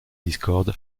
discorde